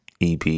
ep